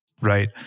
right